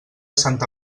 santa